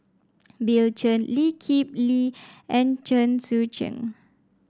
Bill Chen Lee Kip Lee and Chen Sucheng